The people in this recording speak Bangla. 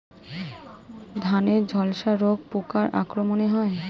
ধানের ঝলসা রোগ পোকার আক্রমণে হয়?